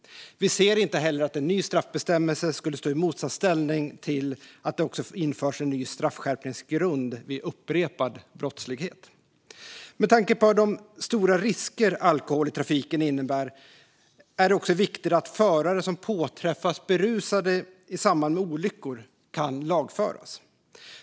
Vi ser inte heller att en ny straffbestämmelse skulle stå i motsatsställning till att det också införs en ny straffskärpningsgrund vid upprepad brottslighet. Med tanke på de stora risker som alkohol i trafiken innebär är det viktigt att förare som påträffas berusade i samband med olyckor kan lagföras.